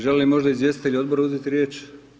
Žele li možda izvjestitelji odbora uzeti riječ?